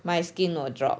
my skin will drop